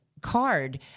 card